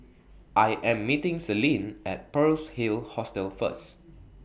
I Am meeting Celine At Pearl's Hill Hostel First